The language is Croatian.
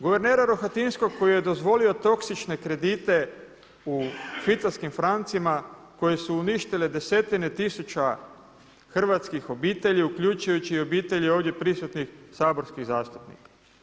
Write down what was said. Guvernera Rohatinskog koji je dozvolio toksične kredite u švicarskim francima koji su uništile desetine tisuća hrvatskih obitelji, uključujući i obitelji ovdje prisutnih saborskih zastupnika?